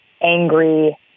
angry